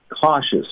cautious